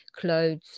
clothes